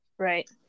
Right